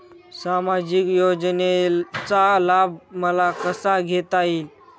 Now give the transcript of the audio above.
सामाजिक योजनेचा लाभ मला कसा घेता येईल?